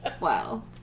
wow